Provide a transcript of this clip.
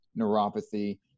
neuropathy